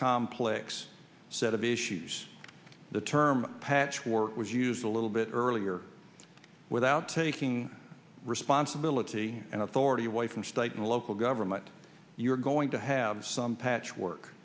complex set of issues the term patchwork was used a little bit earlier without taking responsibility and authority away from state and local government you're going to have some patchwork